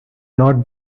not